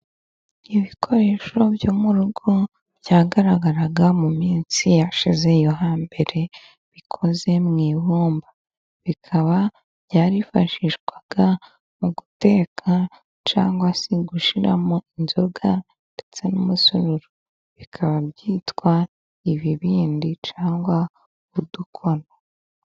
Ibikoresho byo mu rugo byagaragaraga mu minsi yashize yo hambere, bikoze mu ibumba, bikaba byarifashishwaga mu guteka cyangwa se gushyiramo inzoga, ndetse n'umusuru, bikaba byitwa ibibindi cyangwa udukono.